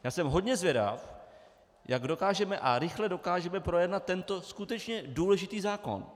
Já jsem hodně zvědav, jak dokážeme, a rychle dokážeme, projednat tento skutečně důležitý zákon.